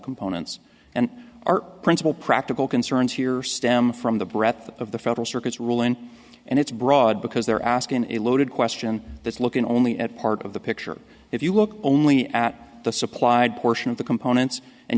components and our principal practical concerns here stem from the breath of the federal circuit's ruling and it's broad because they're asking a loaded question that's looking only at a part of the picture if you look only at the supplied portion of the components and